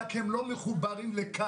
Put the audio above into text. רק הם לא מחוברים לקנולה.